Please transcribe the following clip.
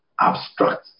abstract